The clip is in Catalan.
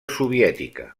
soviètica